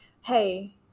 Hey